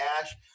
Cash